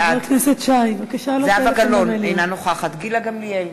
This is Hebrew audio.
בעד זהבה גלאון, אינה נוכחת גילה גמליאל,